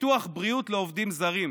ביטוח בריאות לעובדים זרים.